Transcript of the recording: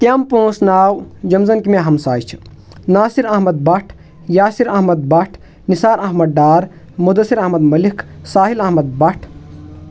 تِم پانژھ ناو یِم زن کہِ مےٚ ہمساے چھِ ناصر احمد بٹ یاصر احمد بٹ نثار احمد ڈار مُدثر احمد مٔلِک ساحل احمد بٹ